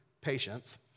patients